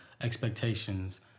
expectations